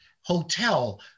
hotel